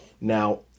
Now